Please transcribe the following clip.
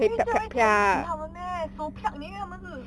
你以为这么容易踩死它们 meh 手 你以为它们是